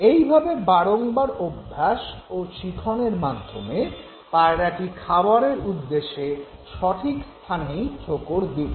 এইভাবে বারংবার অভ্যাস ও শিখনের মাধ্যমে পায়রাটি খাবারের উদ্দেশ্যে সঠিক স্থানেই ঠোকর দিত